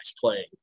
playing